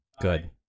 Good